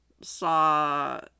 Saw